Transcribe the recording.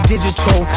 Digital